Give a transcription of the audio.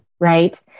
Right